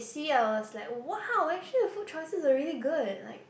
see I was like !wow! actually your food choices are really good like